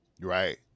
Right